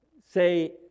Say